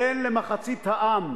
תן למחצית העם,